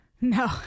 No